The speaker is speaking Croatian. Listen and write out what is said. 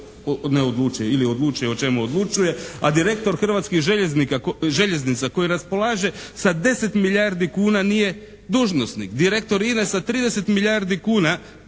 ne odlučuje ili odlučuje o čemu odlučuje a direktor Hrvatskih željeznica koji raspolaže sa 10 milijardi kuna nije dužnosnik. Direktor INA-e sa 30 milijardi kuna